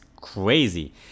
crazy